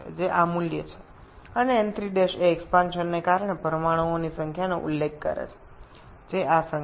এবং n3' বৃদ্ধির পরে অনুর সংখ্যা কে বোঝায়